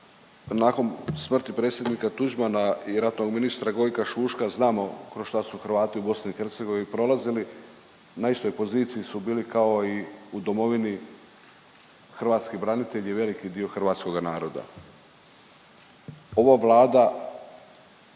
Nakon smrti predsjednika Tuđmana i ratnog ministra Gojka Šuška znamo kroz šta su Hrvati u BiH prolazili. Na istoj poziciji su bili kao i u Domovini hrvatski branitelji veliki dio hrvatskoga naroda. Ova Vlada